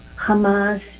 Hamas